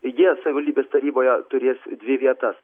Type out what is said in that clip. jie savivaldybės taryboje turės dvi vietas